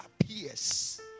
appears